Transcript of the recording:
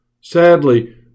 Sadly